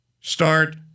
Start